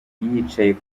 yicaye